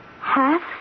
Half